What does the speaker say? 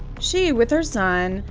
she with her son,